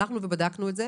הלכנו ובדקנו את זה